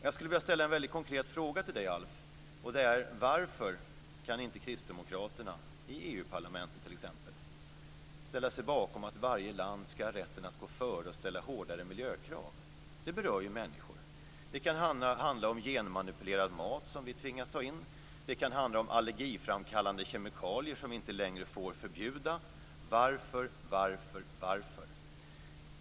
Jag skulle vilja ställa en väldigt konkret fråga till Alf Svensson: Varför kan inte kristdemokraterna t.ex. i EU-parlamentet ställa sig bakom att varje land ska ha rätten att gå före med att ställa hårdare miljökrav? Det berör ju människor. Det kan handla om genmanipulerad mat som vi tvingas ta in, och det kan handla om allergiframkallande kemikalier som vi inte längre får förbjuda. Varför ska vi inte få det?